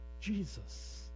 Jesus